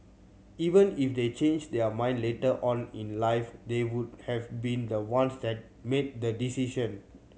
even if they change their mind later on in life they would have been the ones that made the decision